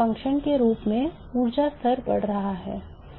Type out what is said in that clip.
function के रूप में ऊर्जा स्तर बढ़ रहा है